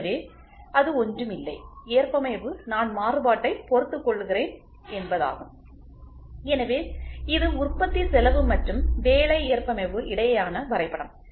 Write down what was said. எனவே அது ஒன்றுமில்லை ஏற்பமைவு நான் மாறுபாட்டை பொறுத்துக்கொள்கிறேன் என்பதாகும் எனவே இது உற்பத்தி செலவு மற்றும் வேலை ஏற்பமைவு இடையேயான வரைபடம்